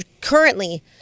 currently